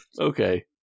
okay